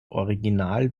original